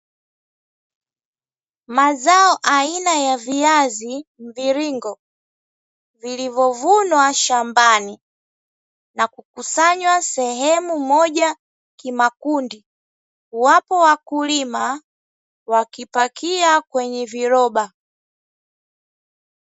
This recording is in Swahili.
Mazao aina ya viazi mviringo, vilivyovunwa shambani na kukusanywa sehemu moja kimakundi, wapo wakulima wakipakia kwenye viroba.